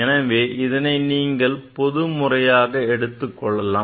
எனவே இதனை நீங்கள் பொது முறையாக எடுத்துக் கொள்ளலாம்